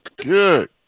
Good